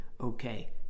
okay